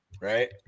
right